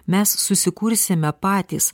mes susikursime patys